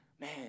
man